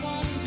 One